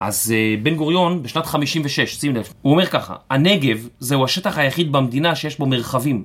אז בן גוריון, בשנת 56', שים לב, הוא אומר ככה, הנגב זהו השטח היחיד במדינה שיש בו מרחבים.